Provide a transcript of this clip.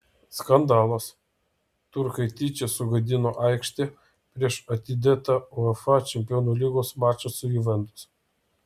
skandalas turkai tyčia sugadino aikštę prieš atidėtą uefa čempionų lygos mačą su juventus